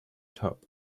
top